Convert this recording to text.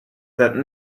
that